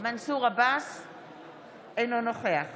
אינו נוכח